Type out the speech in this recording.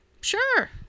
Sure